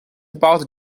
about